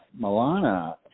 Milana